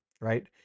right